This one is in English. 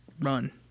run